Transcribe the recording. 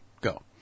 go